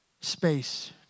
space